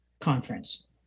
conference